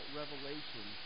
revelation